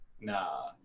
Nah